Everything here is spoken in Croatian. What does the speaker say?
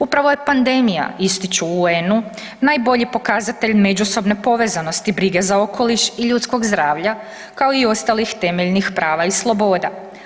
Upravo je pandemija, ističu u UN-u, najbolji pokazatelj međusobne povezanosti brige za okoliš i ljudskog zdravlja, kao i ostalih temeljnih prava i sloboda.